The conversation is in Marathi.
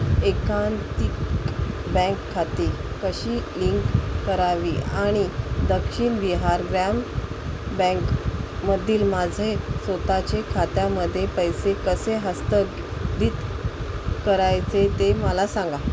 एकाधिक बँक खाती कशी लिंक करावी आणि दक्षिण बिहार ग्रॅम बँक मधील माझे स्वतःचे खात्यामध्ये पैसे कसे हस्तक दित करायचे ते मला सांगा